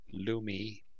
Lumi